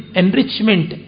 enrichment